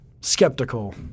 skeptical